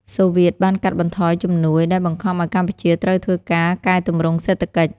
សូវៀតបានកាត់បន្ថយជំនួយ ដែលបង្ខំឱ្យកម្ពុជាត្រូវធ្វើការកែទម្រង់សេដ្ឋកិច្ច។